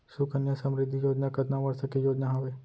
सुकन्या समृद्धि योजना कतना वर्ष के योजना हावे?